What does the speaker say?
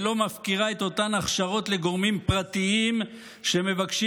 ולא מפקירה את אותן הכשרות לגורמים פרטיים שמבקשים